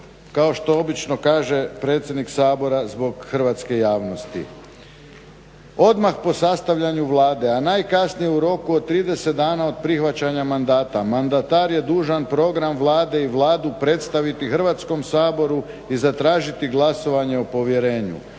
kao što obično kaže predsjednik Sabora zbog hrvatske javnosti: "Odmah po sastavljanju Vlade, a najkasnije u roku od 30 dana od prihvaćanja mandata mandatar je dužan program Vlade i Vladu predstaviti Hrvatskom saboru i zatražiti glasovanje o povjerenju."